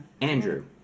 Andrew